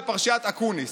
בפרשיית אקוניס.